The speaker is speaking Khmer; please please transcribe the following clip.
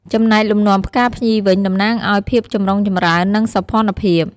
ចំណែកលំនាំផ្កាភ្ញីវិញ តំណាងឱ្យ ភាពចម្រុងចម្រើន និងសោភ័ណភាព។